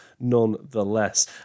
Nonetheless